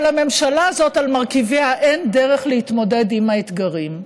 אבל לממשלה הזאת על מרכיביה אין דרך להתמודד עם האתגרים.